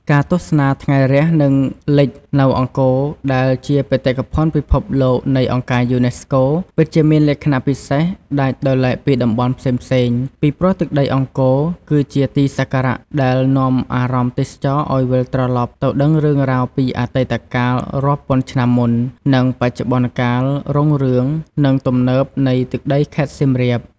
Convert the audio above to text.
ការទស្សនាថ្ងៃរះ និងលិច នៅអង្គរដែលជាបេតិកភណ្ឌពិភពលោកនៃអង្គរការយូណេស្កូ ពិតជាមានលក្ខណៈពិសេសដាច់ដោយឡែកពីតំបន់ផ្សេងៗ ពីព្រោះ ទឹកដីអង្គរ គឺជាទីសក្ការៈដែលនាំអារម្មណ៍ទេសចរឲ្យវិលត្រឡប់ទៅដឹងរឿងរ៉ាវពីអតីតកាលរាប់ពាន់ឆ្នាំមុន និងបច្ចុប្បន្នកាលរុងរឿង និងទំនើបនៃទឹកដីខេត្តសៀមរាប។